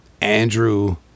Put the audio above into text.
Andrew